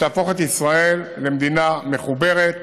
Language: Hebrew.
שתהפוך את ישראל למדינה מחוברת,